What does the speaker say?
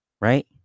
right